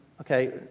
okay